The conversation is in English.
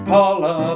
Paula